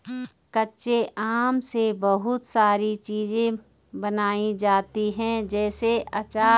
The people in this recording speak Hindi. कच्चे आम से बहुत सारी चीज़ें बनाई जाती है जैसे आचार